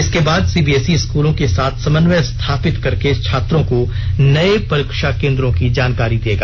इसके बाद सीबीएसई स्कूलों के साथ समन्वय स्थापित करके छात्रों को नए परीक्षा केंद्र की जानकारी देगा